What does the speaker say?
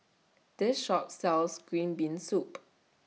This Shop sells Green Bean Soup